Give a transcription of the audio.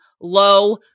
low